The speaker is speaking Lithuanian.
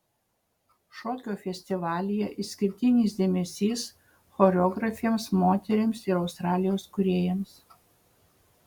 šokio festivalyje išskirtinis dėmesys choreografėms moterims ir australijos kūrėjams